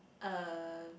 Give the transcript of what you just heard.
um